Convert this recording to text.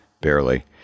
barely